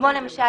כמו למשל,